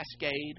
Cascade